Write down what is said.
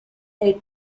est